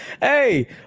Hey